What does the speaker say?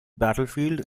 battlefield